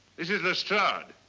this is lestrade.